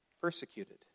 persecuted